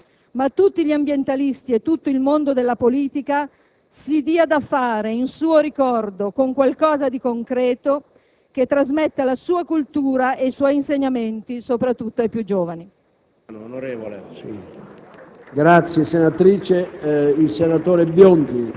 laddove si propone che non solo i suoi compagni radicali, ma tutti gli ambientalisti e tutto il mondo della politica si diano da fare in suo ricordo con qualcosa di concreto, che trasmetta la sua cultura e i suoi insegnamenti, soprattutto ai più giovani.